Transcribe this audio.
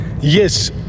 yes